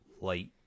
Light